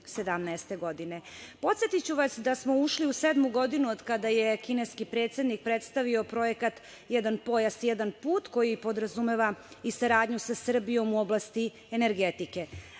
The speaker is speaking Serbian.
2017. godine. Podsetiću vas da smo ušli u sedmu godinu od kada je kineski predsednik predstavio Projekat „Jedan pojas, jedan put“ koji podrazumeva i saradnju sa Srbijom u oblasti energetike.